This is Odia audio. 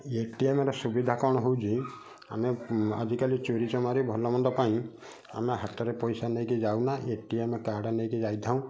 ଏଟିଏମ୍ର ସୁବିଧା କ'ଣ ହେଉଛି ଆମେ ଆଜିକାଲି ଚୋରି ଚମାରୀ ଭଲ ମନ୍ଦ ପାଇଁ ଆମେ ହାତରେ ପଇସା ନେଇକି ଯାଉନା ଏ ଟି ଏମ୍ କାର୍ଡ଼୍ ନେଇକି ଯାଇଥାଉଁ